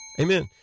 Amen